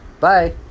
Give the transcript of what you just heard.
Bye